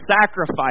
sacrifice